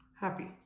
happy